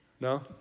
No